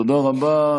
תודה רבה.